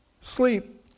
sleep